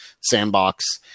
sandbox